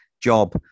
job